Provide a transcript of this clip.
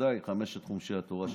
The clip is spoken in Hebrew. ובוודאי חמשת חומשי התורה שקיבלנו.